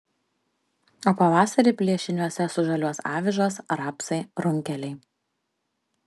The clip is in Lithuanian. o pavasarį plėšiniuose sužaliuos avižos rapsai runkeliai